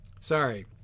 Sorry